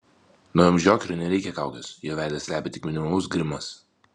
naujam džokeriui nereikia kaukės jo veidą slepia tik minimalus grimas